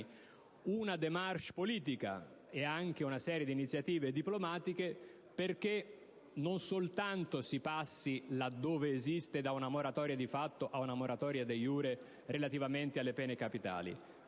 una *démarche* politica e anche una serie di iniziative diplomatiche, perché non soltanto si passi, dove esiste, da una moratoria di fatto ad una moratoria *de iure* relativamente alla pene capitali,